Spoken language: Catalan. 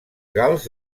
gals